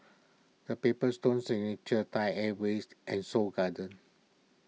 the Paper Stone Signature Thai Airways and Seoul Garden